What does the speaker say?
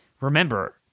Remember